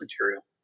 material